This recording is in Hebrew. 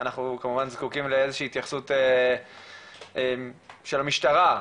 אנחנו כמובן זקוקים לאיזושהי התייחסות של המשטרה,